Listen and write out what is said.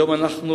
היום אנחנו